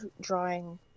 drawing